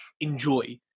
enjoy